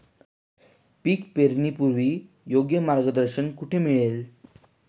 पीक पेरणीपूर्व योग्य मार्गदर्शन कुठे मिळेल?